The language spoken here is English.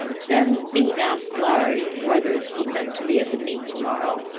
then bean asked larry whether he meant to be at the meet to-morrow,